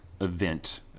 event